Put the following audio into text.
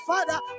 Father